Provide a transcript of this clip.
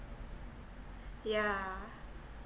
yeah